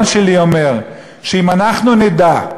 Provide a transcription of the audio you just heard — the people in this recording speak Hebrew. משפט, משפט.